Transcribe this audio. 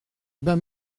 ben